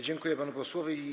Dziękuję panu posłowi.